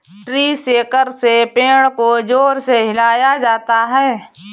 tree shaker से पेड़ को जोर से हिलाया जाता है